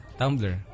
tumblr